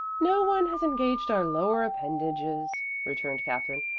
no one has engaged our lower appendages, returned katherine.